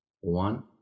One